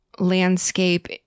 Landscape